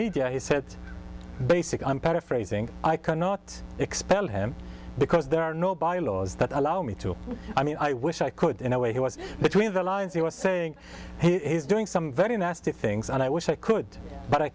media he said basically i'm paraphrasing i cannot expel him because there are no by laws that allow me to i mean i wish i could in a way he was between the lines he was saying he's doing some very nasty things and i wish i could but i